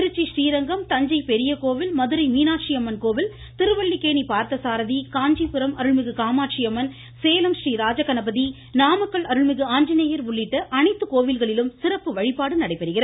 திருச்சி ஸ்ரீரங்கம் தஞ்சை பெரியகோவில் மதுரை மீனாட்சி அம்மன்கோவில் திருவல்லிக்கேணி பார்த்தசாரதி காஞ்சிபுரம் அருள்மிகு காமாட்சி அம்மன் சேலம் றீராஜகணபதி நாமக்கல் அருள்மிகு ஆஞ்சநேயர் உள்ளிட்ட அனைத்து கோவில்களிலும் சிறப்பு வழிபாடு நடைபெறுகிறது